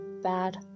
Bad